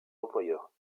employeurs